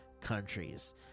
countries